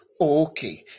Okay